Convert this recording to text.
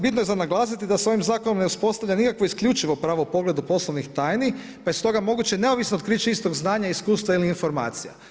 Bitno je za naglasiti da se ovim zakonom ne uspostavlja nikakvo isključivo pravo u pogledu poslovnih tajnika pa je stoga moguće neovisno otkriće istog znanja, iskustva ili informacija.